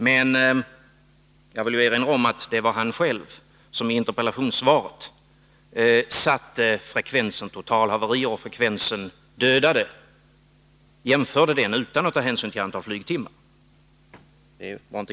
Men jag vill erinra om att det var han själv som i interpellationssvaret jämförde frekvensen totalhaverier och frekvensen dödade utan att ta hänsyn till antalet flygtimmar.